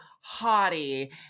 haughty